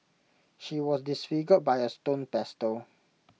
she was disfigured by A stone pestle